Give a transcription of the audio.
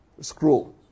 scroll